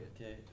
Okay